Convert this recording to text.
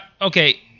okay